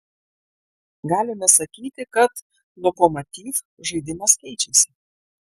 galime sakyti kad lokomotiv žaidimas keičiasi